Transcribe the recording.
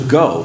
go